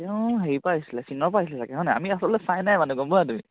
তেওঁ হেৰি পৰা আহিছিলে চিনৰ পৰা আহিছিলে চাগে হয় নাই আমি আচলতে চাইনা মানে গ'ম পোৱা নাই তুমি